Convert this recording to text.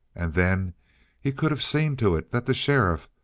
and then he could have seen to it that the sheriff,